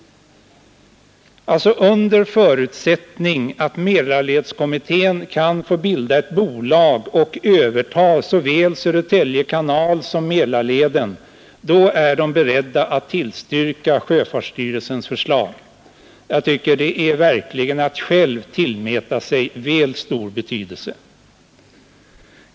Alltså under förutsättning att Mälarledskommittén kan få bilda ett bolag och överta såväl Södertälje kanal som Mälarleden är den beredd att tillstyrka sjöfartsstyrelsens förslag. Jag tycker att det verkligen är att tillmäta sig själv väl stor betydelse.